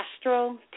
Astro